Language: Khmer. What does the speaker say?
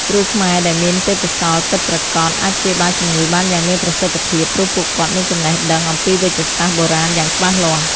គ្រូខ្មែរដែលមានទេពកោសល្យពិតប្រាកដ អាចព្យាបាលជម្ងឺបានយ៉ាងមានប្រសិទ្ធភាព ព្រោះពួកគាត់មានចំណេះដឹងអំពីវេជ្ជសាស្ត្របុរាណយ៉ាងច្បាស់លាស់។